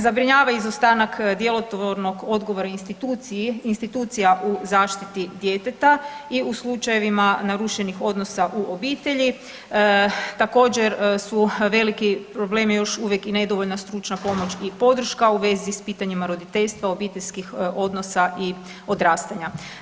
Zabrinjava izostanak djelotvornog odgovora institucija u zaštiti djeteta i u slučajevima narušenih odnosa u obitelji također su veliki problemi još uvijek i nedovoljna stručna pomoć i podrška u vezi s pitanjima roditeljstva, obiteljskih odnosa i odrastanja.